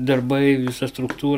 darbai visa struktūra